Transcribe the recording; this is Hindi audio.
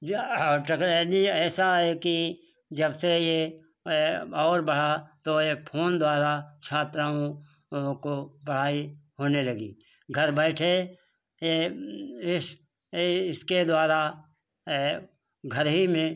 जो और टेक्नोलॉजी ऐसा है कि जबसे ये और बढ़ा तो एक फोन द्वारा छात्राओं को पढ़ाई होने लगी घर बैठे इस इसके द्वारा घर ही में